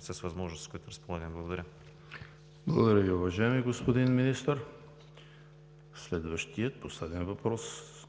с възможностите, с които разполагаме. Благодаря. ПРЕДСЕДАТЕЛ ЕМИЛ ХРИСТОВ: Благодаря Ви, уважаеми господин Министър. Следващият, последен, въпрос